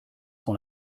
sont